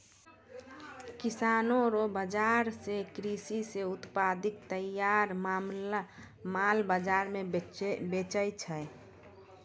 किसानो रो बाजार से कृषि से उत्पादित तैयार माल बाजार मे बेचै छै